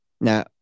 now